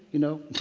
you know?